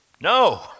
No